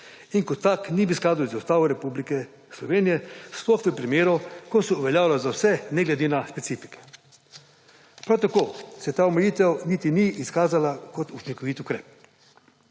in kot tak ni bil v skladu z Ustavo Republiko Slovenije sploh v primeru, ko so uveljavlja za vse, ne glede na specifike. Prav tako se ta omejitev niti ni izkazala za učinkovit ukrep.